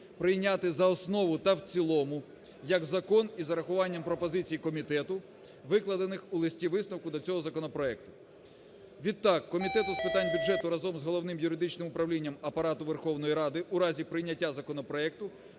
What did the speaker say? прийняти за основу та в цілому як закон із урахуванням пропозицій комітету, викладених у листі-висновку до цього законопроекту. Відтак, Комітету з питань бюджету разом з Головним юридичним управлінням Апарату Верховної Ради у разі прийняття законопроекту